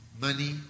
money